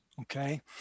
Okay